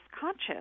conscious